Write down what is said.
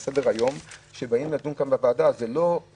לצוות בראשות מנהל הוועדה אסף,